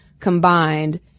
combined